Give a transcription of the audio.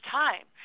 time